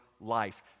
life